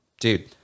dude